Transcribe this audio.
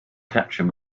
capture